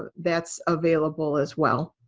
that's available as well.